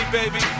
baby